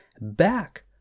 back